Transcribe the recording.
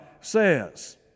says